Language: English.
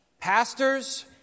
pastors